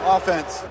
Offense